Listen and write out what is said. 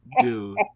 Dude